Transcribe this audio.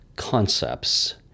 concepts